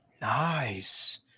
Nice